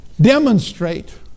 Demonstrate